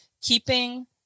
keeping